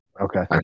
Okay